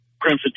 Crimson